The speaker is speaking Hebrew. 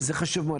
זה חשוב מאוד.